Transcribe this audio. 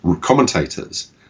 commentators